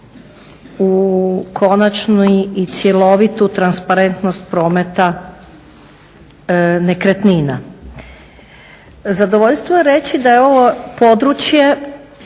u konačnu i cjelovitu transparentnost prometa nekretnina. Zadovoljstvo je reći da je ovo područje